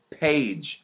page